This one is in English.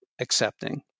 accepting